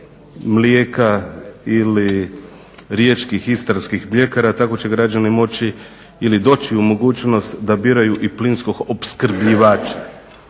mlijeka ili riječkih istarskih mljekara tako će građani moći ili doći u mogućnost da biraju i plinskog opskrbljivača.